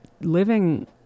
living